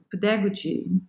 pedagogy